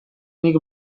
nik